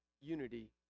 unity